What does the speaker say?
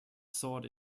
sought